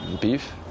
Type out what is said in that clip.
beef